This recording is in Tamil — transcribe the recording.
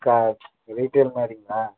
கா ரீட்டைல் மாதிரிங்களா